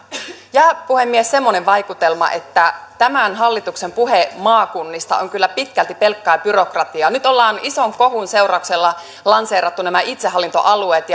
jää puhemies semmoinen vaikutelma että tämän hallituksen puhe maakunnista on kyllä pitkälti pelkkää byrokratiaa nyt ollaan ison kohun seurauksena lanseerattu nämä itsehallintoalueet